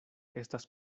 estas